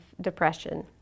depression